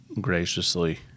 graciously